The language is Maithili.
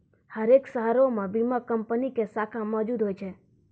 हरेक शहरो मे बीमा कंपनी के शाखा मौजुद होय छै